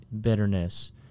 bitterness